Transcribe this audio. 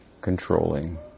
controlling